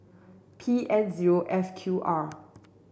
P N zero F Q R